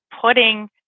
putting